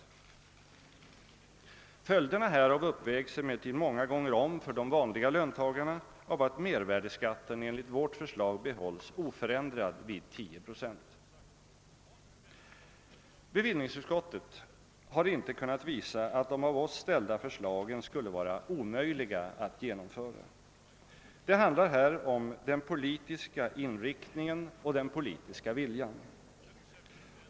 Följderna härav uppvägs emellertid många gånger om för de vanliga löntagarna av att mervärdeskatten enligt vårt förslag behålles oförändrad vid 10 procent. Bevillningsutskottet har inte kunnat visa att de av oss framlagda förslagen skulle vara omöjliga att genomföra. Det handlar här om den politiska inriktningen och den politiska viljan.